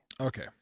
Okay